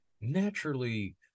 Naturally